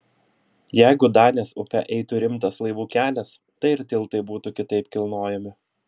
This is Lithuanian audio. jeigu danės upe eitų rimtas laivų kelias tai ir tiltai būtų kitaip kilnojami